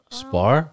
spar